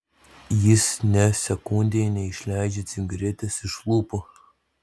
jis nė sekundei neišleidžia cigaretės iš lūpų